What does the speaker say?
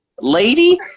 Lady